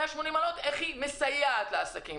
בעסקים קטנים ואיך היא גם מסייעת להם.